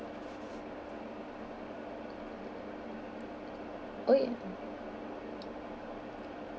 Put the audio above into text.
okay